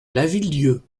lavilledieu